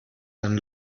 dann